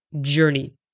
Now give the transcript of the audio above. journey